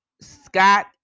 Scott